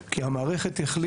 המערכת,